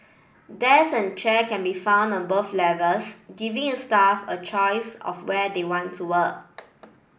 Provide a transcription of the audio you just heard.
desk and chair can be found on both levels giving a staff a choice of where they want to work